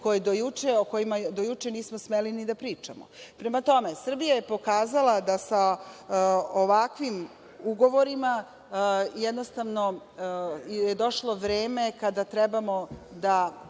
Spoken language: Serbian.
o kojima do juče nismo smeli ni da pričamo. Prema tome, Srbija je pokazala da sa ovakvim ugovorima jednostavno je došlo vreme kada treba da